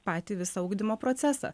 patį visą ugdymo procesą